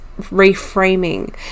reframing